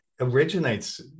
originates